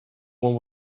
when